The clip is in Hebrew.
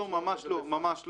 ממש לא.